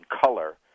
color